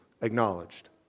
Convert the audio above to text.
acknowledged